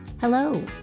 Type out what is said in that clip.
Hello